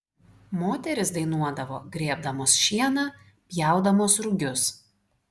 moterys dainuodavo grėbdamos šieną pjaudamos rugius